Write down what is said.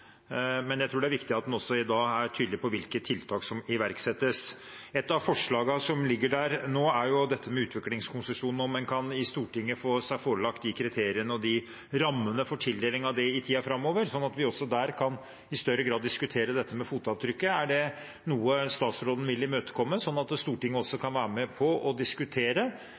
Men jeg tror det er viktig at man da også er tydelig på hvilke tiltak som iverksettes. Et av forslagene som nå foreligger, er utviklingskonsesjonen – om Stortinget kan få seg forelagt de kriteriene og de rammene for tildeling av det i tiden framover, sånn at vi også der i større grad kan diskutere dette med fotavtrykket. Er det noe statsråden vil imøtekomme, sånn at Stortinget også kan være med på å diskutere